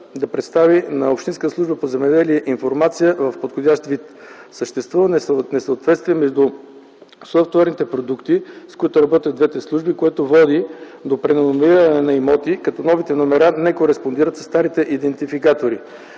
да представи на Общинската служба по земеделие информация в подходящ вид. Съществува несъответствие между софтуерните продукти, с които работят двете служби, което води до преномериране на имоти, като новите номера не кореспондират със старите идентификатори,